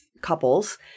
couples